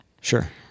Sure